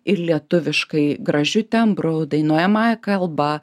ir lietuviškai gražiu tembru dainuojamąja kalba